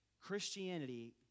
Christianity